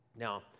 Now